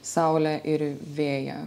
saulę ir vėją